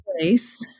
place